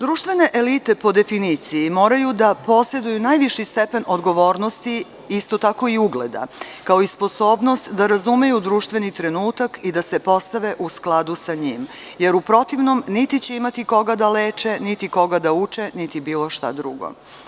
Društvene elite po definiciji moraju da poseduju najviši stepen odgovornosti isto tako i ugleda, kao i sposobnost da razumeju društveni trenutak i da se postave u skladu sa njim, jer u protivnom niti će imati koga da leče, niti koga da uče, niti bilo šta drugo.